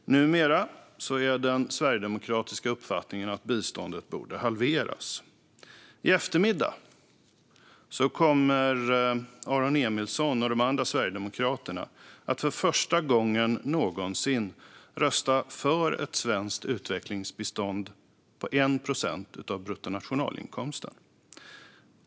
Numera är den sverigedemokratiska uppfattningen att biståndet borde halveras. I eftermiddag kommer Aron Emilsson och de andra sverigedemokraterna att för första gången någonsin rösta för ett svenskt utvecklingsbistånd på 1 procent av bruttonationalinkomsten.